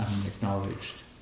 unacknowledged